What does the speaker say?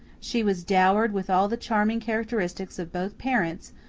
she was dowered with all the charming characteristics of both parents,